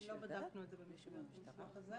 מישהו יודע?